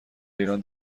ایران